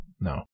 no